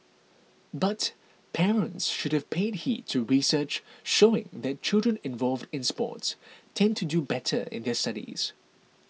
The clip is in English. but parents should pay heed to research showing that children involved in sports tend to do better in their studies